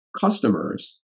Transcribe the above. customers